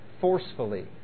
forcefully